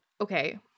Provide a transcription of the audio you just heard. okay